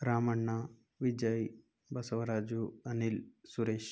Ramanna Vijay Basavaraju Anil Suresh